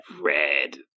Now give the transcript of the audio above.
red